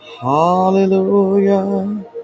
Hallelujah